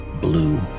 blue